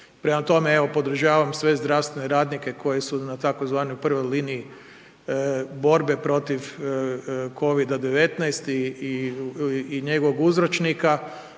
Prema tome evo podržavam sve zdravstvene radnike koji su na tzv. prvoj liniji borbe protiv Covida-19 i njegovog uzročnika.